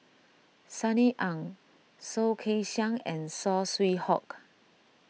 Sunny Ang Soh Kay Siang and Saw Swee Hock